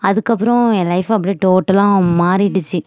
அதற்கப்பறம் ஏன் லைஃப் அப்படியே டோட்டலாக மாறிடுச்சு